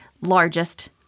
largest